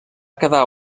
quedar